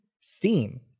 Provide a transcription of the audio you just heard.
steam